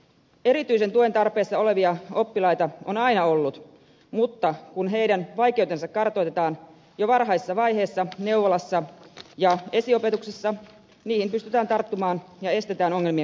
erityisen tuen tarpeessa olevia oppilaita on aina ollut mutta kun heidän vaikeutensa kartoitetaan jo varhaisessa vaiheessa neuvolassa ja esiopetuksessa niihin pystytään tarttumaan ja estetään ongelmien paisuminen